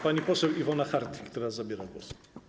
Pani poseł Iwona Hartwich teraz zabiera głos.